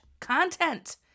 content